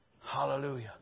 Hallelujah